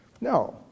No